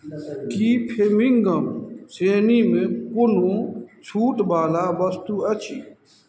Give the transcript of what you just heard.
की फेविंगम श्रेणीमे कोनो छूट बाला बस्तु अछि